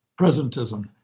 presentism